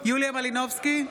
יוליה מלינובסקי,